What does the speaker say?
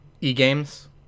e-games